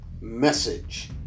message